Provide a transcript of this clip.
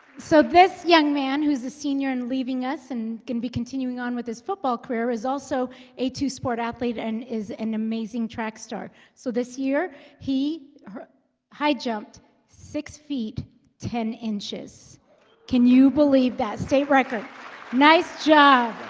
so this young man who's a senior and leaving us and gonna be continuing on with his football career is also a two-sport athlete and is an amazing track star. so this year he high jumped six feet ten inches can you believe that? state record nice job